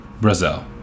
Brazil